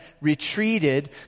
retreated